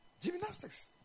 gymnastics